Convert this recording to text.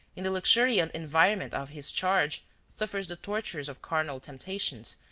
in the luxuriant environment of his charge suffers the tortures of carnal temptations,